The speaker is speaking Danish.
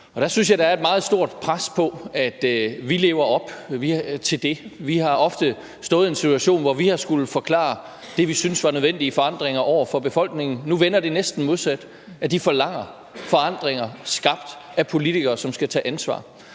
er et meget stort pres på, at vi lever op til det. Vi har ofte stået i en situation, hvor vi har skullet forklare det, vi synes var nødvendige forandringer, over for befolkningen, men nu vender det næsten modsat, nemlig at de forlanger forandringer skabt af politikere, som skal tage ansvar.